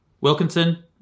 Wilkinson